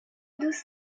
دوست